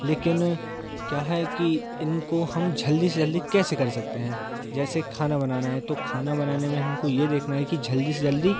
लेकिन क्या है कि इनको हम जल्दी से जल्दी कैसे कर सकते हैं जैसे खाना बनाना है तो खाना बनाने हमको ये देखना है कि जल्दी से जल्दी